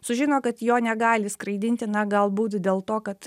sužino kad jo negali skraidinti na galbūt dėl to kad